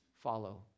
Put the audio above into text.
follow